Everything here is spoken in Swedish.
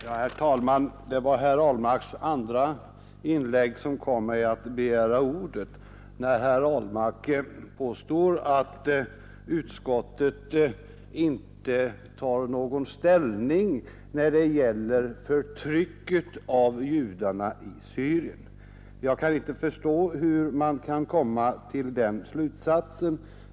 Herr talman! Det var herr Ahlmarks andra inlägg som kom mig att begära ordet. Han påstod att utskottet inte tar någon ställning när det gäller förtrycket av Syriens judar. Jag förstår inte hur herr Ahlmark kan komma till den slutsatsen.